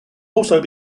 also